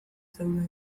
zeuden